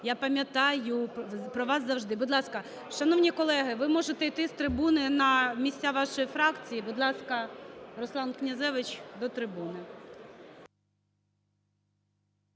Я пам'ятаю про вас завжди. Будь ласка. Шановні колеги, ви можете йти з трибуни на місця вашої фракції. Будь ласка, Руслан Князевич, до трибуни.